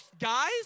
guys